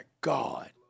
God